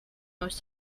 most